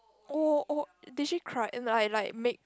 oh oh they actually cried and like like make